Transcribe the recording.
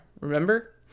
remember